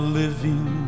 living